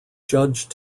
judged